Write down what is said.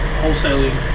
wholesaling